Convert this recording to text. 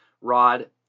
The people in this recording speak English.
Rod